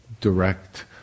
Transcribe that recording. direct